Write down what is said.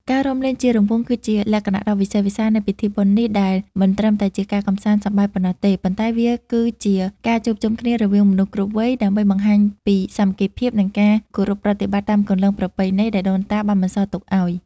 ការរាំលេងជារង្វង់គឺជាលក្ខណៈដ៏វិសេសវិសាលនៃពិធីបុណ្យនេះ ដែលមិនត្រឹមតែជាការកម្សាន្តសប្បាយប៉ុណ្ណោះទេ ប៉ុន្តែវាគឺជាការជួបជុំគ្នារវាងមនុស្សគ្រប់វ័យ ដើម្បីបង្ហាញពីសាមគ្គីភាព និងការគោរពប្រតិបត្តិតាមគន្លងប្រពៃណីដែលដូនតាបានបន្សល់ទុកឱ្យ។